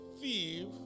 thief